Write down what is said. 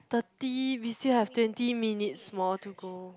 thirty we still have twenty minutes more to go